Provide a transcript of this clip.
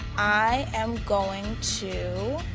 i am going to.